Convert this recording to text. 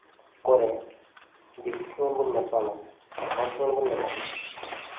ᱠᱚᱨᱮᱫ ᱫᱤᱠᱩ ᱥᱚᱝᱜᱮ ᱵᱚᱱ ᱧᱟᱯᱟᱢᱟ ᱥᱮ ᱦᱚᱲ ᱥᱚᱝᱜᱮ ᱵᱚᱱ ᱧᱟᱯᱟᱢᱟ